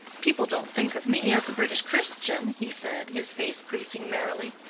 people don't think of me as a british christian, he said, his face creasing merrily.